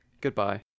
Goodbye